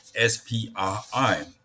SPRI